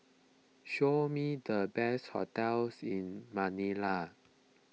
show me the best hotels in Manila